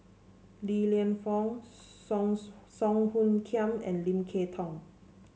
Li Lienfung Song Song Hoot Kiam and Lim Kay Tong